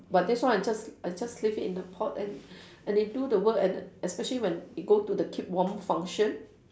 but this one I just I just leave it in the pot and and it do the work and especially when it go to the keep warm function